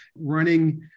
Running